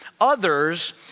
others